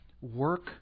Work